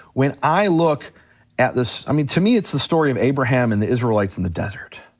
when i look at this, i mean, to me it's the story of abraham and the israelites in the desert.